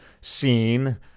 seen